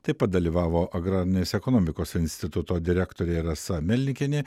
taip pat dalyvavo agrarinės ekonomikos instituto direktorė rasa melnikienė